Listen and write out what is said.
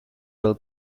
will